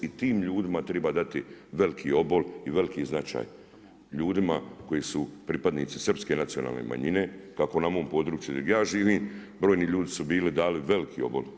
I tim ljudima triba dati veliki obol i veliki značaj, ljudima koji su pripadnici srpske nacionalne manjine kako na mom području gdje ja živim brojni ljudi su bili dali veliki obol.